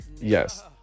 Yes